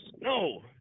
No